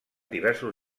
diversos